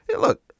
look